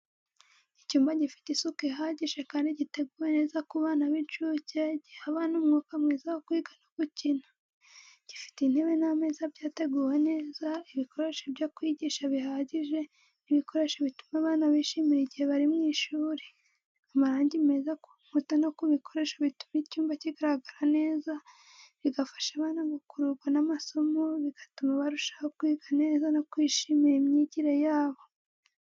Icyumba gifite isuku ihagije kandi giteguwe neza ku bana b’incuke, giha abana umwuka mwiza wo kwiga no gukina. Gifite intebe n’ameza byateguwe neza, ibikoresho byo kwigisha bihagije, n’ibikinisho bituma abana bishimira igihe bari mu ishuri. Amarangi meza ku nkuta no ku bikoresho bituma icyumba kigaragara neza, bigafasha abana gukururwa n’amasomo, bigatuma barushaho kwiga neza no kwishimira imyigire yabo.